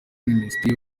minisitiri